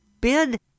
bid